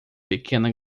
pequena